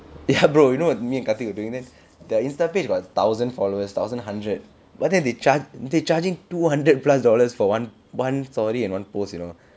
ya bro you know me and karthik were doing that their Insta page got about thousand followers thousand hundred but then they charge they charging two hundred plus dollars for one one story and one post you know